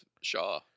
Shaw